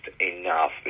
enough